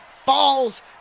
falls